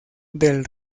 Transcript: del